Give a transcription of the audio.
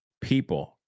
people